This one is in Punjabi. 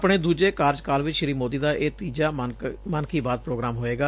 ਆਪਣੇ ਦੁਜੇ ਕਾਰਜਕਾਲ ਚ ਸ਼੍ਰੀ ਮੋਦੀ ਦਾ ਇਹ ਤੀਜਾ ਮਨ ਕੀ ਬਾਤ ਪ੍ਰੋਗਰਾਮ ਹੋਵੇਗਾ